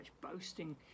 boasting